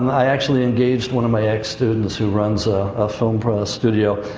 i actually engaged one of my ex students, who runs a film studio,